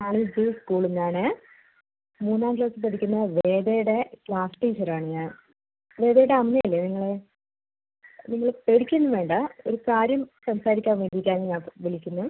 ആ ഇത് സ്കൂളിൽന്ന് ആണേ മൂന്നാം ക്ലാസ്സിൽ പഠിക്കുന്ന വേദയുടെ ക്ലാസ് ടീച്ചർ ആണ് ഞാൻ വേദയുടെ അമ്മ അല്ലേ നിങ്ങൾ നിങ്ങൾ പേടിക്കുക ഒന്നും വേണ്ട ഒരു കാര്യം സംസാരിക്കാൻ വേണ്ടീട്ട് ആണ് ഞാൻ വിളിക്കുന്നത്